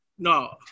No